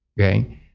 Okay